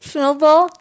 Snowball